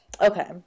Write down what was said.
Okay